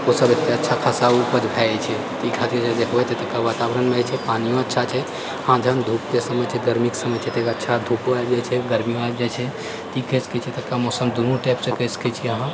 तऽ ओ से अच्छा खासा उपज भए जाइत छै तैँ खातिर देखबै तऽ एतुका वातावरण भी छै पानियो अच्छा छै हँ जहन धूपके समय छै गर्मी कऽ समय छै तऽ अच्छा धूपो आबि जाइत छै गर्मियों आबि जाइत छै तऽ ई कहि सकैत छियै एतुका मौसम दुनू टाइपसँ कहि सकैत छियै अहाँ